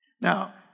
Now